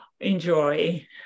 enjoy